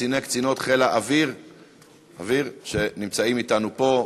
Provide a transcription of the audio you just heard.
קצינות וקציני חיל האוויר שנמצאים אתנו פה.